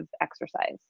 exercise